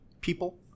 people